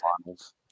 finals